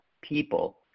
people